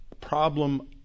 problem